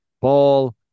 ball